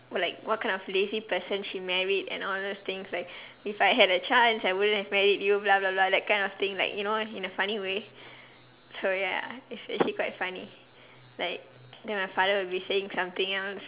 or like what kind of lazy person she married and all those things like if I had a chance I wouldn't have married you blah blah blah that kind of thing like you know in a funny way so ya it's actually quite funny like then my father will be saying something else